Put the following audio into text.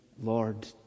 Lord